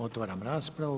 Otvaram raspravu.